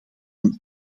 een